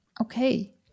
Okay